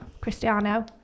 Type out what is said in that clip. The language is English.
Cristiano